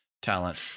Talent